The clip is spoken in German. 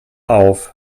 auf